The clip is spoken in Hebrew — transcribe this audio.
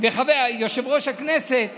ויושב-ראש הכנסת